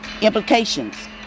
implications